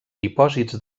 dipòsits